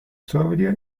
sobria